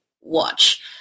watch